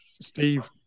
Steve